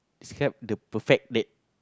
describe the perfect date